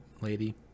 lady